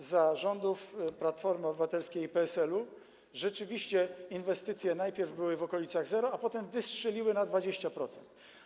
Wtedy, za rządów Platformy Obywatelskiej i PSL-u, rzeczywiście inwestycje najpierw były w okolicach zera, a potem wystrzeliły do 20%.